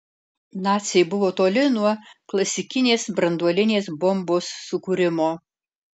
naciai buvo toli nuo klasikinės branduolinės bombos sukūrimo